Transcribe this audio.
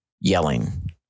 yelling